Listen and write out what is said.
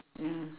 mm